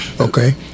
Okay